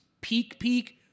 peak-peak